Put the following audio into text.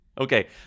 Okay